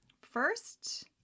first